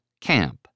camp